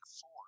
four